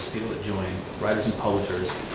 people that join, writers and publishers.